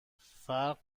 فرق